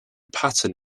pattern